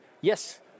Yes